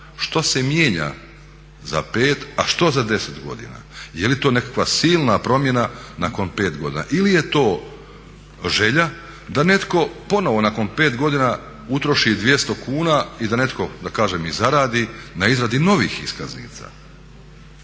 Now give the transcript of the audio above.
što se mijenja za 5 a što za 10 godina? Je li to nekakva silna promjena nakon 5 godina ili je to želja da netko ponovo nakon 5 godina utroši 200 kuna i da netko da kažem i zaradi na izradi novih iskaznica?